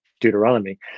Deuteronomy